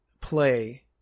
play